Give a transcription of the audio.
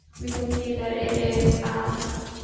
we can see that it is